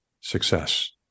success